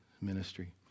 ministry